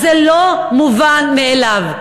אז זה לא מובן מאליו.